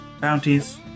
bounties